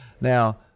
Now